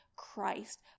christ